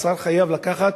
השר חייב לקחת